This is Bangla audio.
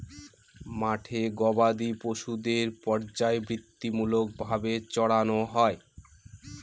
মাঠে গোবাদি পশুদের পর্যায়বৃত্তিমূলক ভাবে চড়ানো হয়